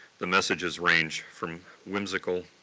the messages range from whimsical,